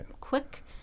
quick